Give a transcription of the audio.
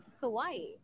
Hawaii